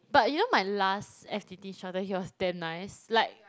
but you know my last f_t_t instructor he was damn nice like